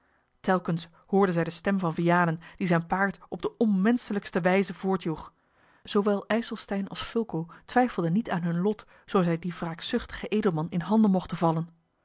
telkens hoorden zij de stem van vianen die zijn paard op de onmenschelijkste wijze voortjoeg zoowel ijselstein als fulco twijfelden niet aan hun lot zoo zij dien wraakzuchtigen edelman in handen mochten vallen